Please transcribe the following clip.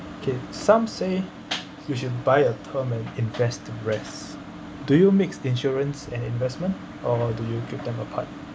kay some say we should buy a term and invest the rest do you mix insurance and investment or do you give them apart